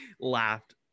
laughed